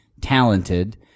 talented